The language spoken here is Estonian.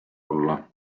olla